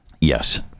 Yes